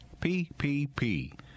PPP